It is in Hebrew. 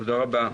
תודה רבה.